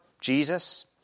Jesus